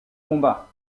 combat